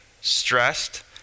stressed